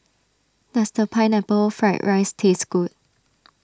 does Pineapple Fried Rice taste good